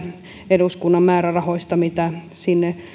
eduskunnan määrärahoista mitä sinne